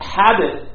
habit